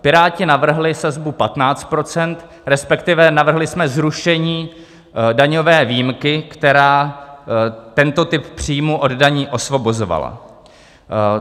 Piráti navrhli sazbu 15 %, resp. navrhli jsme zrušení daňové výjimky, která tento typ příjmů od daní osvobozovala.